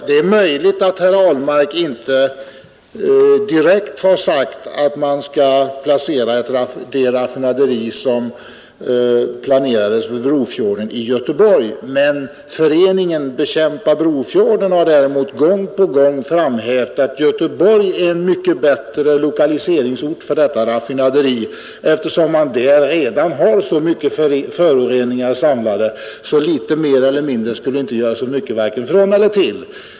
Det är möjligt att herr Ahlmark inte direkt har sagt att man bör placera det planerade raffinaderiet i Göteborg i stället för vid Brofjorden, men föreningen Rädda Brofjorden har dock gång på gång hävdat att Göteborg är en mycket bättre lokaliseringsort för detta raffinaderi, eftersom man där redan har så mycket föroreningar samlade att litet mer eller mindre skulle göra varken från eller till.